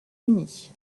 unis